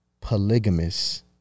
polygamous